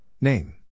name